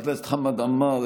חבר הכנסת חמד עמאר,